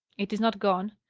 it is not gone.